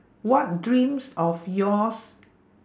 what dreams of yours